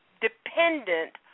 dependent